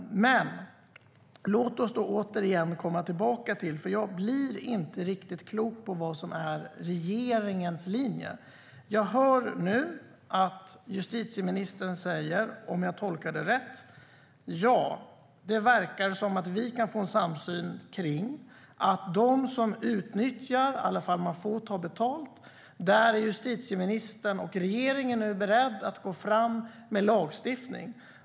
Jag blir inte riktigt klok på vad som är regeringens linje. Det jag hör justitieministern säga, om jag tolkar det rätt, är att vad gäller dem som utnyttjar detta är justitieministern och regeringen beredda att gå fram med lagstiftning.